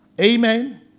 Amen